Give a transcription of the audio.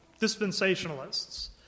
dispensationalists